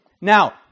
Now